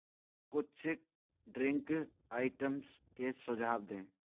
कुछ drink items के सुझाव दें